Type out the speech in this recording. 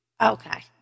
Okay